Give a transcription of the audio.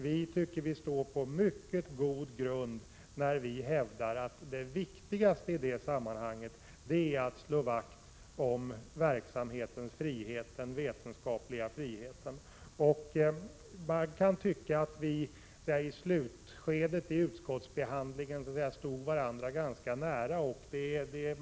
Vi tycker att vi står på mycket god grund när vi hävdar att det viktigaste i detta sammanhang är att slå vakt om verksamhetens vetenskapliga frihet. Man kan tycka att vi i slutskedet av utskottsbehandlingen stod varandra ganska nära.